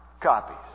copies